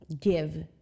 give